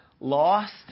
lost